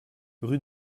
rue